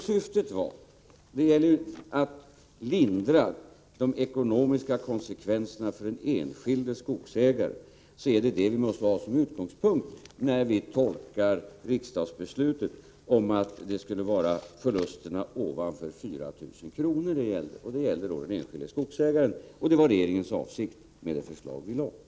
Syftet var att lindra de ekonomiska konsekvenserna för den enskilde skogsägaren, och det är detta vi måste ha som utgångspunkt när vi tolkar riksdagsbeslutet om att kompensationen skulle gälla förluster ovanför en nivå på 4 000 kr. Kompensationen skulle gälla för den enskilde skogsägaren. Det var regeringens avsikt med det förslag som lades fram.